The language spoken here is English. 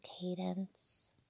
cadence